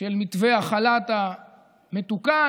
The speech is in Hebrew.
של מתווה החל"ת המתוקן.